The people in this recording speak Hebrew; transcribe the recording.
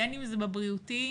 בין אם זה ברמה הבריאותית,